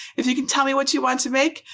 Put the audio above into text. if you can tell me what you want to make,